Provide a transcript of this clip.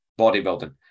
bodybuilding